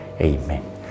Amen